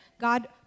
God